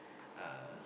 uh